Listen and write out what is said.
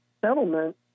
Settlement